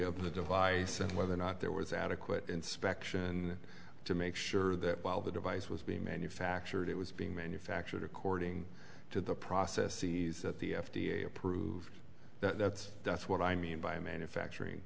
of the device and whether or not there was adequate inspection to make sure that while the device was being manufactured it was being manufactured according to the process that the f d a approved that's what i mean by manufacturing